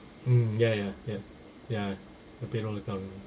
mm ya ya ya ya payroll account